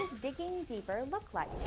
digging deeper and look like?